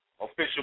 official